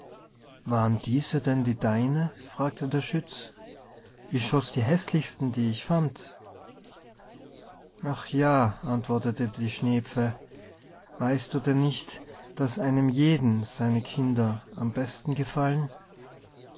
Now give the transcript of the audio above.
waren diese denn deine fragte der schütz ich schoß die häßlichsten die ich fand ach ja antwortete die schnepfe weißt du denn nicht daß einem jeden seine kinder am besten gefallen